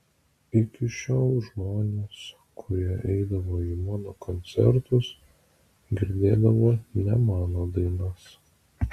iki šiol žmonės kurie eidavo į mano koncertus girdėdavo ne mano dainas